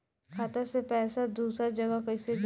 खाता से पैसा दूसर जगह कईसे जाई?